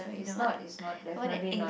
is not is not definitely not